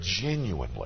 genuinely